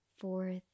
fourth